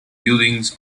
buildings